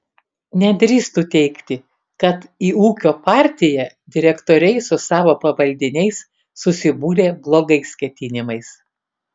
nedrįstu teigti kad į ūkio partiją direktoriai su savo pavaldiniais susibūrė blogais ketinimais